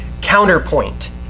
counterpoint